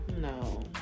no